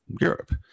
Europe